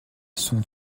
sont